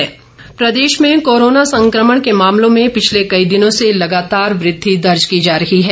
Himachal corona Pradesh में corona संक्रमण के मामलों में पिछले कई दिनों से लगातार वृद्धि दर्ज की जा रही है